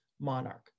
monarch